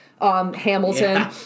Hamilton